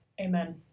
Amen